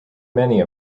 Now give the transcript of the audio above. many